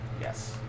Yes